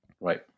Right